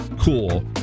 cool